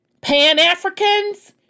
Pan-Africans